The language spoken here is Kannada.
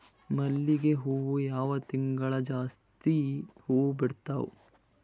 ಮಲ್ಲಿಗಿ ಹೂವು ಯಾವ ತಿಂಗಳು ಜಾಸ್ತಿ ಹೂವು ಬಿಡ್ತಾವು?